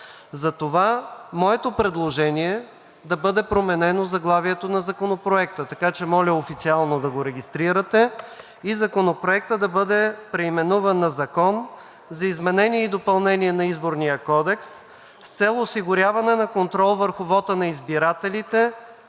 Затова моето предложение е да бъде променено заглавието на Законопроекта, така че моля официално да го регистрирате и Законопроектът да бъде преименуван на: „Закон за изменение и допълнение на Изборния кодекс с цел осигуряване на контрол върху вота на избирателите